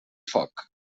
foc